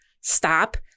stop